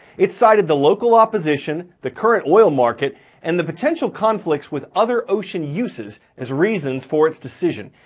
it cited the local opposition, the current oil market and the potential conflicts with other ocean uses as reasons for its decision.